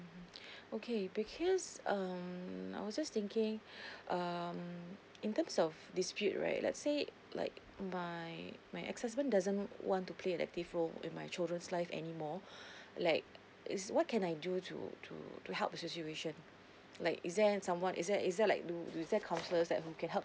okay because um I was just thinking um in terms of dispute right let's say like my my ex husband doesn't want to play an active role in my children's life anymore like it's what can I do to to to help the situation like is there someone is there is there like do is there counsellors that who can help